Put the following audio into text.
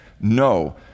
no